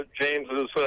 James's